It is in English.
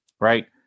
Right